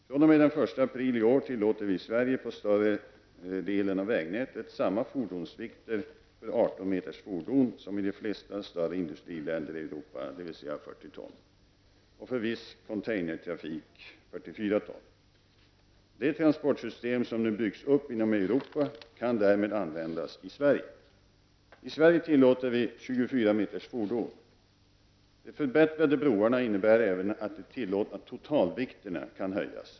fr.o.m. den 1 april i år tillåter vi i Sverige på större delen av vägnätet samma fordonsvikter för 18 meters fordon som i de flesta större industriländer i ton. Det transportsystem som nu byggs upp inom Europa kan därmed användas i Sverige. I Sverige tillåter vi 24-metersfordon. De förbättrade broarna innebär även att de tillåtna totalvikterna kan höjas.